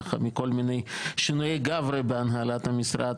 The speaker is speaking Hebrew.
ככה מכל מיני שינויים בהנהלת המשרד,